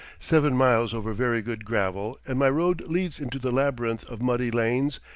seven miles over very good gravel, and my road leads into the labyrinth of muddy lanes,